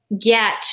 get